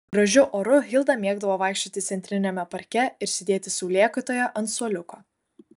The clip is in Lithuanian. gražiu oru hilda mėgdavo vaikščioti centriniame parke ir sėdėti saulėkaitoje ant suoliuko